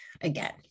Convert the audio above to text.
again